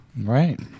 Right